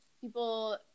people